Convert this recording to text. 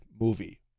movie